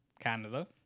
Canada